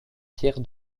pierre